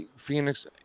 phoenix